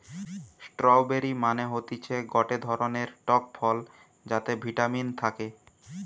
strawberry মানে হতিছে গটে ধরণের টক ফল যাতে ভিটামিন থাকে